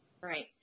Right